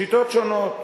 שיטות שונות.